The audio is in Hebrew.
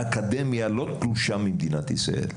האקדמיה לא תלושה ממדינת ישראל,